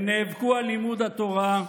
הם נאבקו על לימוד התורה,